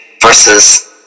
versus